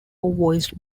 voiced